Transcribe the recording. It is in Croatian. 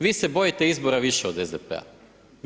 Vi se bojite izbora više od SDP-a.